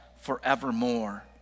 forevermore